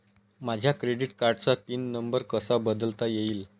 माझ्या क्रेडिट कार्डचा pin number कसा बदलता येईल?